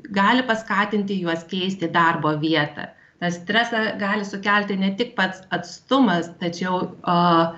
gali paskatinti juos keisti darbo vietą tą stresą gali sukelti ne tik pats atstumas tačiau a